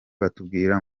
baratubwira